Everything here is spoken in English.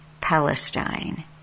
Palestine